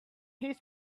his